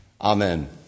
Amen